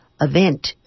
event